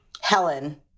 Helen